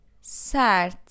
Sert